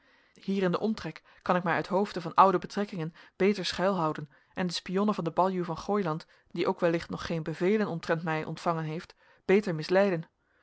hier in den omtrek kan ik mij uithoofde van oude betrekkingen beter schuilhouden en de spionnen van den baljuw van gooiland die ook wellicht nog geen bevelen omtrent mij ontvangen heeft beter misleiden